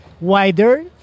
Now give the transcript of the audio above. wider